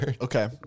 Okay